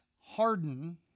harden